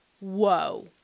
whoa